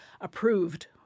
approved